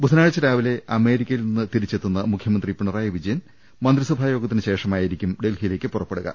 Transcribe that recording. ബുധനാഴ്ച രാവിലെ അമേരിക്ക യിൽ നിന്ന് തിരിച്ചെത്തുന്ന മുഖൃമന്ത്രി പിണറായി വിജയൻ മന്ത്രിസഭാ യോഗ ത്തിന് ശേഷമായിരിക്കും ഡൽഹിയിലേക്ക് പുറപ്പെടുക